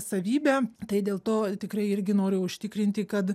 savybę tai dėl to tikrai irgi noriu užtikrinti kad